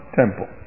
temple